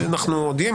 כשאנחנו יודעים,